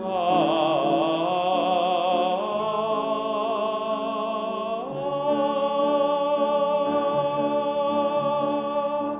oh oh